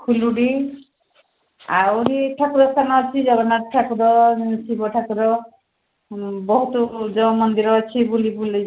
ଖୁଲୁଡ଼ି ଆହୁରି ଠାକୁର ସ୍ଥାନ ଅଛି ଜଗନ୍ନାଥ ଠାକୁର ଶିବ ଠାକୁର ବହୁତ ଜଉ ମନ୍ଦିର ଅଛି ବୁଲି ବୁଲି